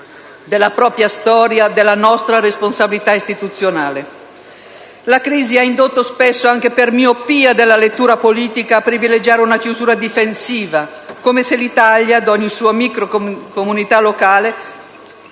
della propria storia, della propria responsabilità istituzionale. La crisi ha indotto spesso, anche per miopia della lettura politica, a privilegiare una chiusura difensiva, come se l'Italia, ed ogni sua microcomunità locale,